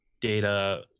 data